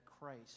Christ